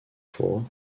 four